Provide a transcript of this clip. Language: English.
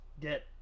get